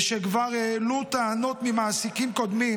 ושכבר הועלו טענות ממעסיקים קודמים